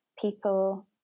people